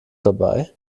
dabei